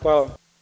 Hvala.